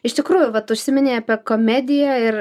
iš tikrųjų vat užsiminei apie komediją ir